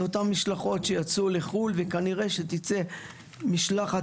זה אותם משלחות שיצאו לחו"ל וכנראה שתצא משלחת